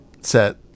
set